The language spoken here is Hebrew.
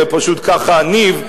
זה פשוט ככה הניב,